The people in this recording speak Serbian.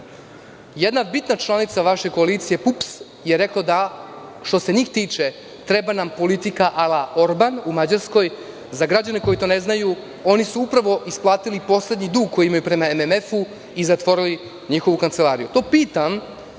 Jedna bitna članica vaše koalicije PUPS je rekla da što se njih tiče treba da bude politika ala urban, u Mađarskoj, a za građane koji to ne znaju – oni su upravo isplatili poslednji dug koji imaju prema MMF i zatvorili njihovu kancelariju.